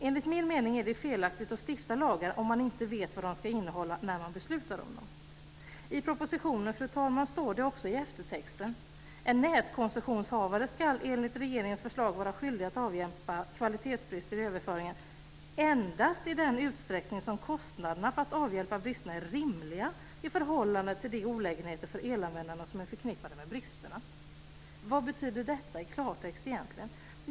Enligt min mening är det felaktigt att stifta lagar om man inte vet vad de ska innehålla när man beslutar om dem. Fru talman! I propositionen står det också i eftertexten: "En nätkoncessionshavare skall vara skyldig att avhjälpa kvalitetsbrister hos överföringen endast i den utsträckning kostnaderna för att avhjälpa bristerna är rimliga i förhållande till de olägenheter för elanvändarna som är förknippade med bristerna." Vad betyder detta i klartext egentligen?